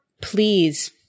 please